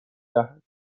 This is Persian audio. دهد